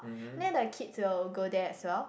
then the kids will go there as well